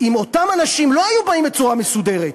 אם אותם אנשים לא היו באים בצורה מסודרת,